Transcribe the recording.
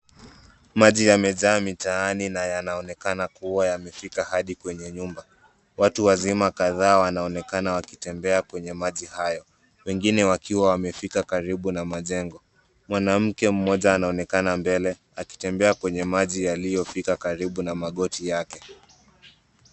Maji yamejaa mitaani na yanaonekana kuwa yamefika hadi kwenye nyumba. Watu wazima kadhaa wanaonekana wakitembea kwenye maji hayo, wengine wakiwa wamefika karibu na majengo. Mwanamke mmoja anaonekana mbele akitembea kwenye maji yaliyofika karibu na magoti yake.